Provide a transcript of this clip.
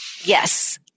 Yes